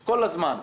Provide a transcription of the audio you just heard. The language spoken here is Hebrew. כל הזמן.